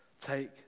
take